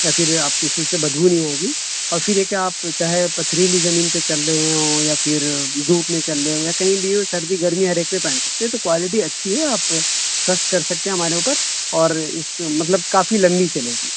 یا پھر آپ کے شوز سے بدبو نہیں آئے گی اور پھر یہ کہ آپ چاہے پتھریلی زمین پہ چل رہے ہوں یا پھر دھوپ میں چل رہے ہوں یا کہیں بھی ہو سردی گرمی ہر ایک پہ پہن سکتے ہیں تو کوالٹی اچھی ہے آپ ٹرسٹ کر سکتے ہیں ہمارے اوپر اور مطلب کافی لمبی چلے گی